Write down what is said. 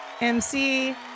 MC